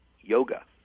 yoga